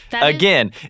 Again